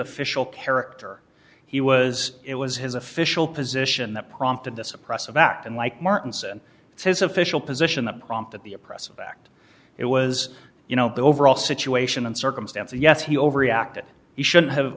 official character he was it was his official position that prompted this oppressive act and like martin said it's his official position that prompted the oppressive act it was you know the overall situation and circumstance yes he overreacted he should have